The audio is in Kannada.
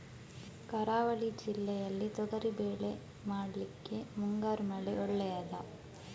ಕರಾವಳಿ ಜಿಲ್ಲೆಯಲ್ಲಿ ತೊಗರಿಬೇಳೆ ಮಾಡ್ಲಿಕ್ಕೆ ಮುಂಗಾರು ಮಳೆ ಒಳ್ಳೆಯದ?